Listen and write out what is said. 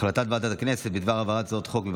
ועדת הכנסת להעביר את הצעת חוק המאבק בטרור (תיקון,